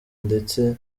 ndetse